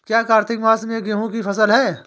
क्या कार्तिक मास में गेहु की फ़सल है?